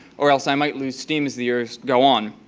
or else i might lose steam as the years go on.